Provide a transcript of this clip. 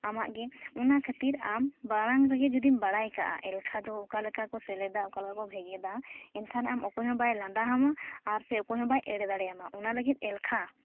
ᱟᱢᱟᱜ ᱜᱮ ᱚᱱᱟ ᱠᱷᱟᱹᱛᱤᱨ ᱟᱢ ᱢᱟᱲᱟᱝ ᱨᱮᱜᱮ ᱡᱩᱫᱤᱢ ᱵᱟᱲᱟᱭ ᱠᱟᱜᱼᱟ ᱮᱞᱠᱷᱟ ᱫᱚ ᱚᱠᱟ ᱞᱮᱠᱟ ᱠᱚ ᱥᱮᱞᱮᱫᱟ ᱚᱠᱟ ᱞᱮᱠᱟ ᱠᱚ ᱵᱷᱮᱜᱮᱫᱟ ᱮᱱᱠᱷᱟᱱ ᱟᱢ ᱚᱠᱚᱭ ᱦᱚᱸ ᱵᱟᱝᱠᱚ ᱞᱟᱸᱫᱟ ᱟᱢᱟ ᱟᱨ ᱥᱮ ᱚᱠᱚᱭᱦᱚᱸ ᱵᱟᱭ ᱮᱲᱮ ᱫᱟᱲᱮᱭᱟᱢᱟ ᱚᱱᱟ ᱞᱟᱹᱜᱤᱫ ᱮᱞᱠᱷᱟ